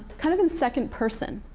kind of in second person,